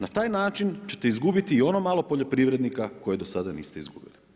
Na taj način ćete izgubiti i ono malo poljoprivrednika koje do sada niste izgubili.